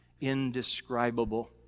indescribable